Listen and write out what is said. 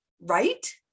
Right